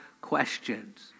questions